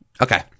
okay